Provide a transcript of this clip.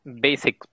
basic